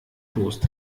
toast